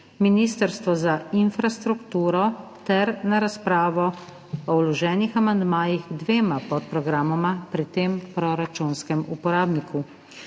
Ministrstvo za infrastrukturo ter na razpravo o vloženih amandmajih k dvema podprogramoma pri tem proračunskem uporabniku.